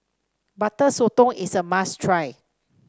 Butter Sotong is a must try